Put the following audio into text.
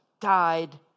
died